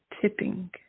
tipping